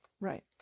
Right